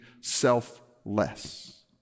selfless